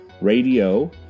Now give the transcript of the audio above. radio